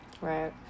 Right